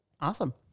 Awesome